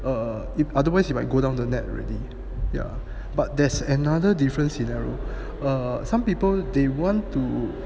err if otherwise you might go down the net already ya but there's another different scenario err some people they want to